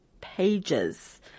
pages